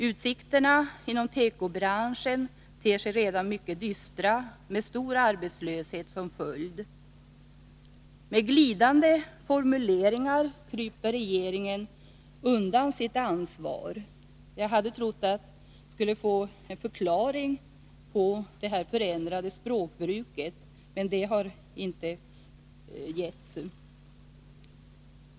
Utsikterna inom tekobranschen ter sig redan mycket dystra, med stor arbetslöshet som följd. Med glidande formuleringar kryper regeringen undan sitt ansvar. Jag trodde att jag skulle få en förklaring på detta förändrade språkbruk, men det har jag inte fått.